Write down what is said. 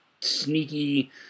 sneaky